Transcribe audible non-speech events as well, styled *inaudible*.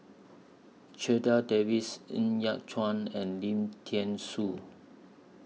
*unintelligible* Davies Ng Yat Chuan and Lim Thean Soo